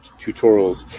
tutorials